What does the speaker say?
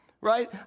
right